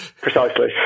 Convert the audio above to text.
Precisely